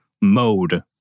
mode